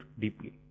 deeply